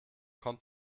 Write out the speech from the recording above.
kommt